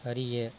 அறிய